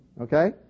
Okay